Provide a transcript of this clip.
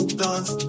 dance